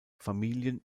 familien